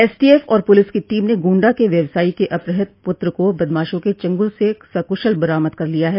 STF और police की team ने गोण्डा के व्यवसायी के अपहृत पुत्र को बदमाशों के चंगल से सकुशल बरामद कर लिया है